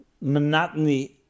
monotony